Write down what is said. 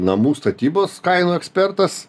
namų statybos kainų ekspertas